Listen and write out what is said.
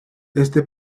este